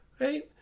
Right